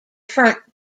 front